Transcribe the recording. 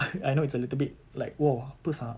I know it's like a little bit like !whoa! apa sia